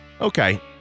Okay